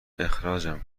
اخراجم